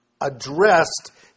addressed